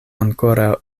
ankoraŭ